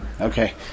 Okay